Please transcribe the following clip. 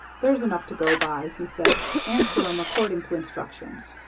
there's enough to go by, he said. answer em according to instructions.